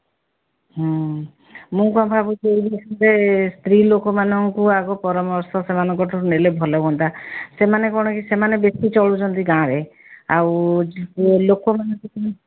ହୁଁ ମୁଁ କ'ଣ ଭାବୁଛି ଏଇ ସ୍ତ୍ରୀ ଲୋକମାନଙ୍କୁ ଆଗ ପରାମର୍ଶ ସେମାନଙ୍କ ଠାରୁ ନେଲେ ଭଲ ହୁଅନ୍ତା ସେମାନେ କ'ଣ କି ସେମାନେ ବେଶୀ ଚଳୁଛନ୍ତି ଗାଁରେ ଆଉ ଲୋକମାନେ